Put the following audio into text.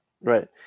Right